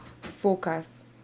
focus